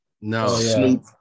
No